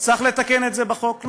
וצריך לתקן את זה בחוק.